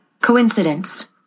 Coincidence